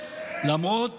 למרות